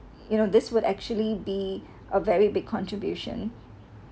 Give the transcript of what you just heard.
you know this would actually be a very big contribution